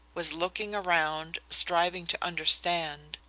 was looking around, striving to understand.